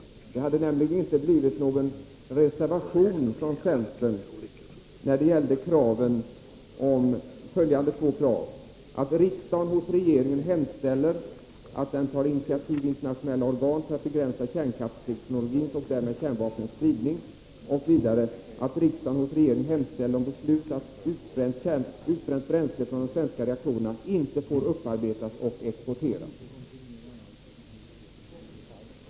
Det hade nämligen inte blivit någon reservation från centern när det gällde kraven ”att riksdagen hos regeringen hemställer att den tar initiativ i internationella organ för att begränsa kärnkraftsteknologins och därmed kärnvapnens spridning” och ”att riksdagen hos regeringen hemställer om beslut att utbränt bränsle från de svenska reaktorerna inte får upparbetas och exporteras”.